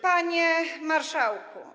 Panie Marszałku!